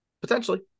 Potentially